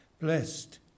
Blessed